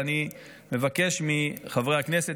אני מבקש מחברי הכנסת,